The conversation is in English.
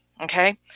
Okay